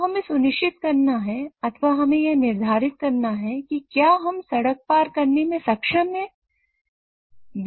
तो हमें सुनिश्चित करना है अथवा हमें यह निर्धारित करना है कि क्या हम सड़क पार करने में सक्षम है बिना किसी टककर के